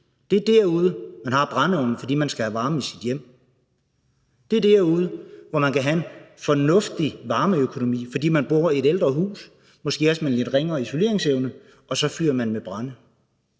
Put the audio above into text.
det er derude, man har brændeovnen, fordi man skal have varme i sit hjem; det er derude, hvor man kan have en fornuftig varmeøkonomi, fordi man bor i et ældre hus, måske også med en lidt ringere isoleringsevne, og så fyrer man med brænde.